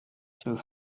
through